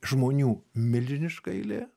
žmonių milžiniška eilė